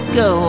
go